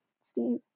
Steve